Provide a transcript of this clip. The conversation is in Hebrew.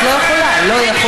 את לא יכולה, לא יכולה.